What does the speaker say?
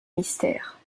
mystère